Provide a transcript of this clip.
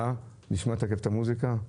נשמע תיכף את המוזיקה.